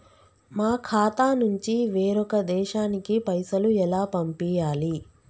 మా ఖాతా నుంచి వేరొక దేశానికి పైసలు ఎలా పంపియ్యాలి?